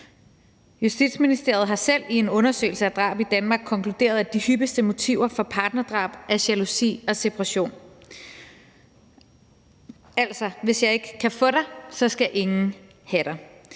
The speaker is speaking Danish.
Justitsministeriet har selv i en undersøgelse af drab i Danmark konkluderet, at de hyppigste motiver for partnerdrab er jalousi og separation – altså: Hvis jeg ikke kan få dig, skal ingen have dig.